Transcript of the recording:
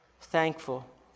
thankful